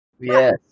Yes